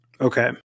Okay